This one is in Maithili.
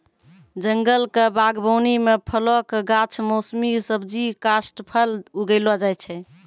जंगल क बागबानी म फलो कॅ गाछ, मौसमी सब्जी, काष्ठफल उगैलो जाय छै